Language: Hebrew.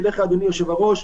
אליך אדוני היושב ראש,